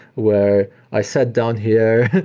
where i sat down here,